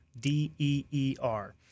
D-E-E-R